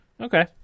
Okay